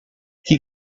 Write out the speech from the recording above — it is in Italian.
chi